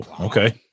okay